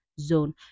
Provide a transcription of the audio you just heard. zone